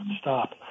stop –